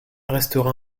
restera